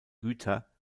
güter